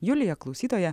julija klausytoja